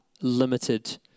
limited